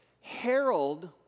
Harold